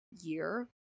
year